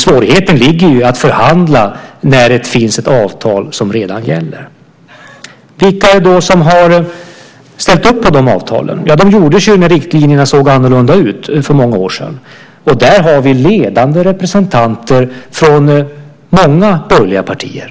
Svårigheten ligger alltså i att förhandla när det finns ett avtal som redan gäller. Vilka är det då som har ställt upp på de avtalen? De ingicks för många år sedan när riktlinjerna såg annorlunda ut. Där finns ledande representanter från flera borgerliga partier.